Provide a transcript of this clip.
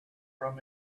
from